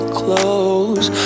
close